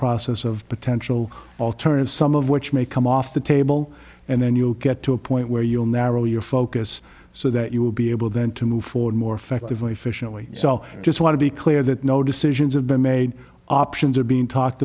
process of potential alternative some of which may come off the table and then you'll get to a point where you'll narrow your focus so that you will be able then to move forward more effectively efficiently so i just want to be clear that no decisions have been made options are being talked